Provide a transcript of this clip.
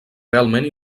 realment